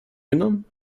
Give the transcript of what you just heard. genommen